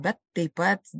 bet taip pat